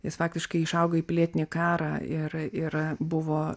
jis faktiškai išaugo į pilietinį karą ir ir buvo